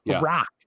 rock